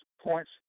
points